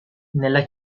nella